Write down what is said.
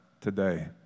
today